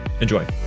Enjoy